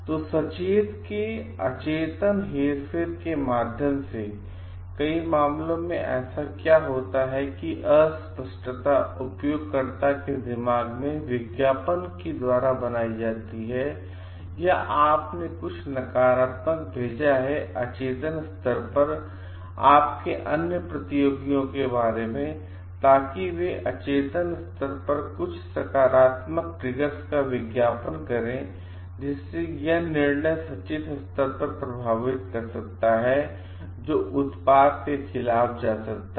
तो सचेत के अचेतन हेरफेर के माध्यम से कई मामलों में ऐसा क्या होता है कि अस्पष्टता उपयोगकर्ताओं के दिमाग में विज्ञापन की तरह बनाई जाती है या आपने कुछ नकारात्मक भेजा है अचेतन स्तर पर आपके अन्य प्रतियोगियों के बारे में ताकि वे अचेतन स्तर पर कुछ सकारात्मक ट्रिगर्स का विज्ञापन करें और जिससे यह निर्णय सचेत स्तर पर प्रभावित कर सकता है जो उत्पाद के खिलाफ जा सकता है